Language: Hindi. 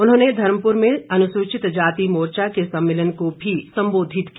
उन्होंने धर्मपुर में अनुसूचित जाति मोर्चा के सम्मेलन को भी संबोधित किया